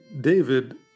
David